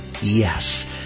Yes